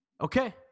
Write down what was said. okay